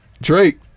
Drake